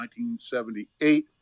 1978